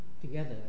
together